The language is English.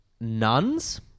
nuns